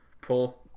Pull